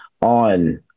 on